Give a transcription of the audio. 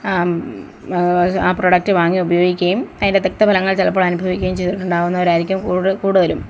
ആ പ്രോഡക്റ്റ് വാങ്ങി ഉപയോഗിക്കുകയും അതിൻ്റെ തക്തഭലങ്ങൾ ചിലപ്പോൾ അനുഭവിക്കുകയും ചെയ്തിട്ടുണ്ടാകുന്നവരായിരിക്കും കൂടൂതൽ കൂടുതലും